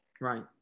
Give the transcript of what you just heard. right